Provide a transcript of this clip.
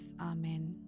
Amen